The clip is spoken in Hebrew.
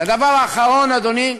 והדבר האחרון, אדוני,